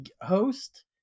host